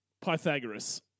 Pythagoras